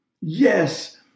Yes